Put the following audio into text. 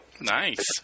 Nice